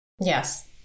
Yes